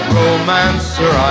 romancer